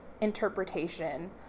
interpretation